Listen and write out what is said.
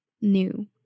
new